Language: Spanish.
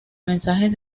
mensajes